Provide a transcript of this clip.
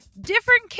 different